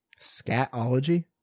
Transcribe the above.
Scatology